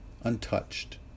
untouched